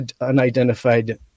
unidentified